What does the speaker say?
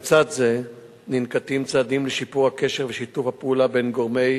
לצד זה ננקטים צעדים לשיפור הקשר ושיתוף הפעולה בין גורמי